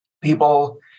people